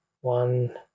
one